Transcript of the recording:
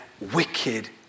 wicked